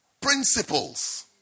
principles